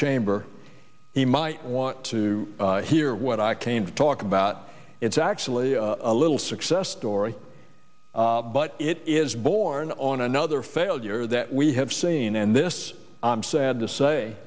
chamber he might want to hear what i came to talk about it's actually a little success story but it is born on another failure that we have seen and this i'm sad to say